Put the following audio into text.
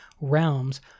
realms